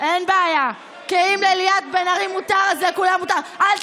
זה לא משפט.